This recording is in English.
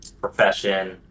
profession